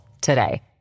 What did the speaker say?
today